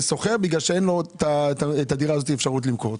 בגלל שאין לו אפשרות למכור את הדירה הזו.